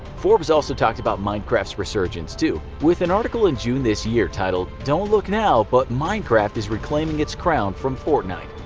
forbes talked about minecraft's resurgence, too, with an article in june this year titled, don't look now but minecraft is reclaiming its crown from fortnite.